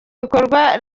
ibikorwa